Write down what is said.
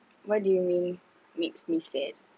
what do you mean makes me said